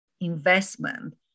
investment